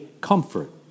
comfort